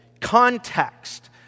context